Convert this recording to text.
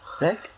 Right